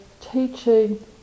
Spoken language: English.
teaching